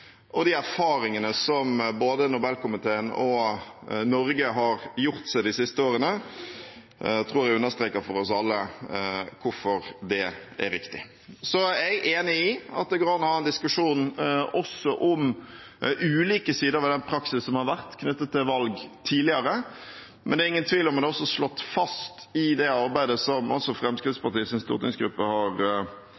Og de erfaringene som både Nobelkomiteen og Norge har gjort seg de siste årene, tror jeg understreker for oss alle hvorfor det er riktig. Jeg er enig i at det går an å ha en diskusjon om ulike sider ved den praksisen som har vært knyttet til valg tidligere. Men det er ingen tvil om, og det er også slått fast i det arbeidet som